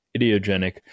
idiogenic